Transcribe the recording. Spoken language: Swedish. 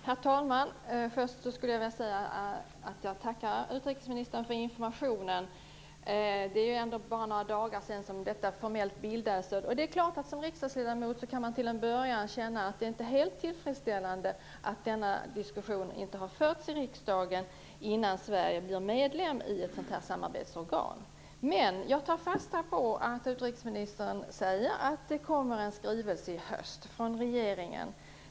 Herr talman! Jag tackar utrikesministern för informationen. Det är bara några dagar sedan detta råd formellt bildades, och som riksdagsledamot kan man förstås till en början känna att det inte är helt tillfredsställande att diskussion inte har förts i riksdagen innan Sverige blir medlem i ett sådant här samarbetsorgan. Men jag tar fasta på att utrikesministern säger att det kommer en skrivelse i höst från regeringen.